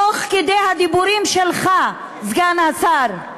תוך כדי הדיבורים שלך, סגן השר,